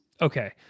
Okay